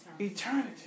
eternity